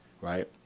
right